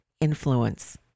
influence